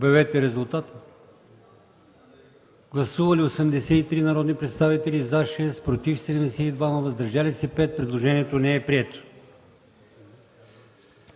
от комисията. Гласували 76 народни представители: за 5, против 67, въздържали се 4. Предложението не е прието.